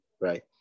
right